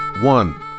One